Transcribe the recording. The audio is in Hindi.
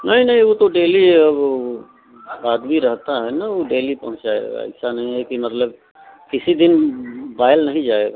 नहीं नहीं वह तो डेली है अब वह आदमी रहता है ना वह डेली पहुँचाएगा ऐसा नहीं है कि मतलब किसी दिन बाहर नहीं जाएगा